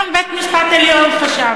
גם בית-המשפט העליון חשב.